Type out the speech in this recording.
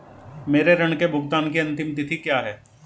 मेरे ऋण के भुगतान की अंतिम तिथि क्या है?